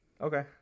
Okay